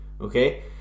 okay